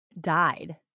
died